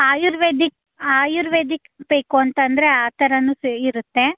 ಆಯುರ್ವೇದಿಕ್ ಆಯುರ್ವೇದಿಕ್ ಬೇಕು ಅಂತಂದರೆ ಆ ಥರನೂ ಸ್ ಇರುತ್ತೆ